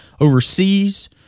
overseas